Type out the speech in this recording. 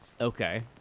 Okay